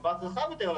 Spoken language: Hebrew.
במבט רחב יותר,